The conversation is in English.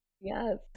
Yes